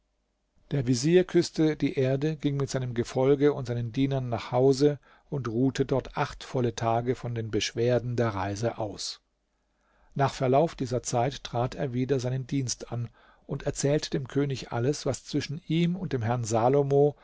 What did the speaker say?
der vezier küßte die erde ging mit seinem gefolge und seinen dienern nach hause und ruhte dort acht volle tage von den beschwerden der reise aus nach verlauf dieser zeit trat er wieder seinen dienst an und erzählte dem könig alles was zwischen ihm und dem herrn salomo